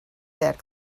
that